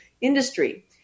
industry